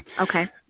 Okay